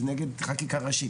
זה נגד חקיקה ראשית,